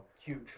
Huge